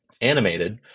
animated